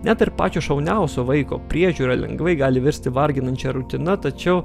net ir pačio šauniausio vaiko priežiūra lengvai gali virsti varginančia rutina tačiau